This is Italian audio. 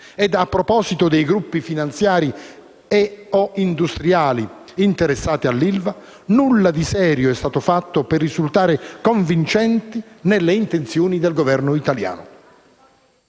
E a proposito dei gruppi finanziari e/o industriali interessati all'ILVA, nulla di serio è stato fatto per risultare convincenti nelle intenzioni del Governo italiano.